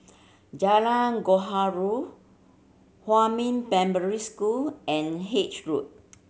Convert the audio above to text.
Jalan Huamin Primary School and Haig Road